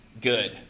good